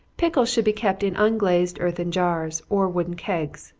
pickles should be kept in unglazed earthen jars, or wooden kegs.